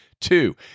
Two